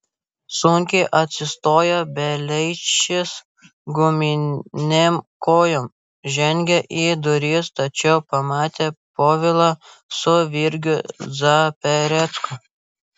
sunkiai atsistojo beleišis guminėm kojom žengė į duris tačiau pamatė povilą su virgiu zaperecku